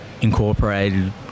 incorporated